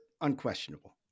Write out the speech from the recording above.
unquestionable